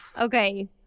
okay